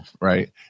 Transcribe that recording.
Right